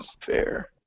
fair